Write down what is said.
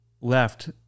left